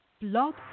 Blog